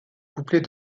couplet